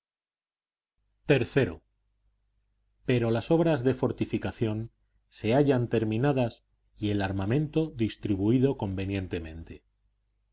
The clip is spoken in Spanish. iii pero las obras de fortificación se hallan terminadas y el armamento distribuido convenientemente